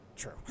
true